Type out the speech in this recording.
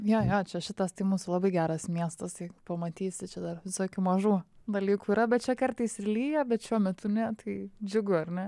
jo jo čia šitas tai mūsų labai geras miestas tai pamatysi čia dar visokių mažų dalykų yra bet čia kartais ir lyja bet šiuo metu ne tai džiugu ar ne